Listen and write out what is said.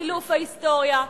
סילוף ההיסטוריה,